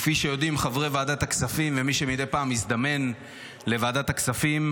כפי שיודעים חברי ועדת הכספים ומי שמדי פעם מזדמן לוועדת הכספים,